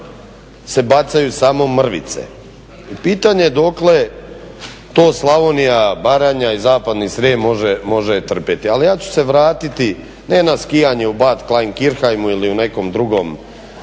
se bacaju samo mrvice, pitanje dokle to Slavonija, Baranja i zapadni Srijem može trpjeti. Ali ja ću se vratiti ne na skijanje u …/Ne razumije se./… ili u nekom drugom